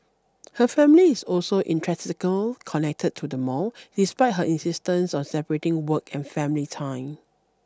her family is also intrinsically connected to the mall despite her insistence on separating work and family time